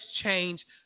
change